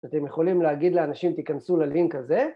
אז אתם יכולים להגיד לאנשים, תיכנסו ללינק הזה.